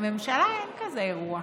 לממשלה אין כזה אירוע.